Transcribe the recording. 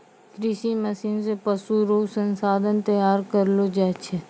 कृषि मशीन से पशु रो संसाधन तैयार करलो जाय छै